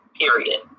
period